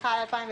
שדחה ל-2020,